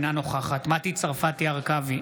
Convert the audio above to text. אינה נוכחת מטי צרפתי הרכבי,